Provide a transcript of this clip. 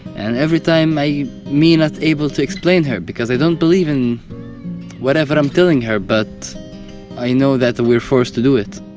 and everytime i, me not able to explain her. because i don't believe in whatever i'm telling her. but i know that we're forced to do it